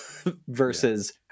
versus